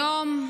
היום,